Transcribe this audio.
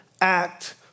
act